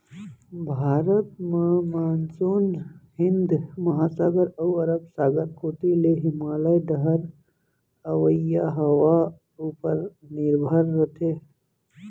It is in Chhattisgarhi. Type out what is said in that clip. भारत म मानसून हिंद महासागर अउ अरब सागर कोती ले हिमालय डहर अवइया हवा उपर निरभर रथे